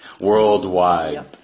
Worldwide